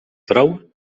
prou